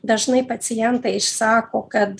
dažnai pacientai išsako kad